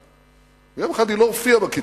ילדה, ויום אחד היא לא הופיעה בכיתה,